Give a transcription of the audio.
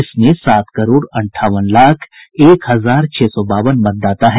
इसमें सात करोड़ अंठावन लाख एक हजार छह सौ बावन मतदाता हैं